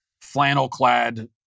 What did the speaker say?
flannel-clad